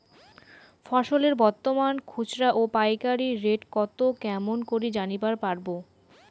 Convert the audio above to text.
ফসলের বর্তমান খুচরা ও পাইকারি রেট কতো কেমন করি জানিবার পারবো?